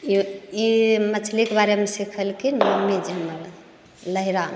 ई मछलीके बारेमे सिखेलखिन मम्मीजी हमरा नहिरामे